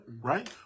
right